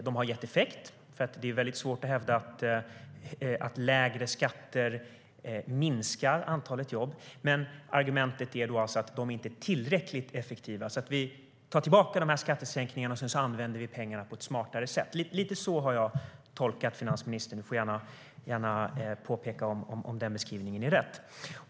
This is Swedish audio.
De har gett effekt - det är väldigt svårt att hävda att lägre skatter minskar effektiva. Vi tar alltså tillbaka skattesänkningarna och använder i stället pengarna på ett smartare sätt. Lite så har jag tolkat finansministern; hon får gärna berätta om beskrivningen är rätt.